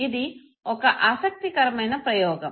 ఇది ఒక ఆసక్తికరమైన ప్రయోగం